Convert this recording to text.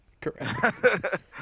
Correct